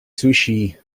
sushi